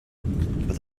but